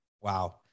wow